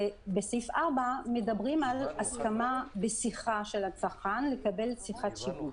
ובסעיף 4 מדברים על הסכמה השיחה של הצרכן לקבל שיחת שיווק.